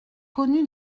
connu